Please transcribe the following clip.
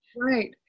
Right